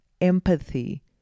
empathy